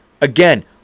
again